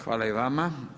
Hvala i vama.